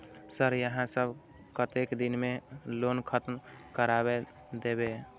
Sir यहाँ सब कतेक दिन में लोन खत्म करबाए देबे?